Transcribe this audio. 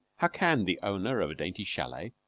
how can the owner of a dainty chalet,